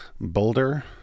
Boulder